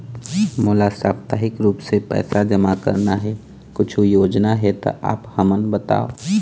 मोला साप्ताहिक रूप से पैसा जमा करना हे, कुछू योजना हे त आप हमन बताव?